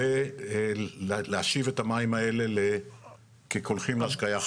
ולהשיב את המים האלה כקולחים להשקייה.